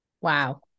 Wow